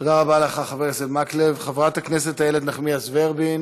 שהמדינה והחברה הן אלה שתובעות בשם הנפגעת על העוול הנורא שנגרם לה.